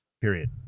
period